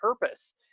purpose